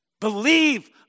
Believe